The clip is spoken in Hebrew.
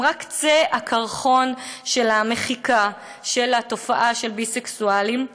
הם רק קצה הקרחון של המחיקה של התופעה של ביסקסואלים.